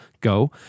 go